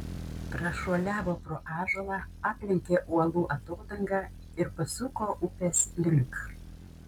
prašuoliavo pro ąžuolą aplenkė uolų atodangą ir pasuko upės link